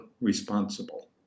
responsible